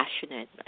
passionate